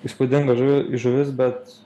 įspūdinga žuvi žuvis bet